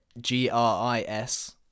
G-R-I-S